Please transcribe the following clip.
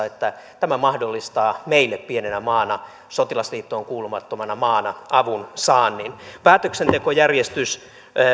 että tämä mahdollistaa meille pienenä maana sotilasliittoon kuulumattomana maana avunsaannin päätöksentekojärjestys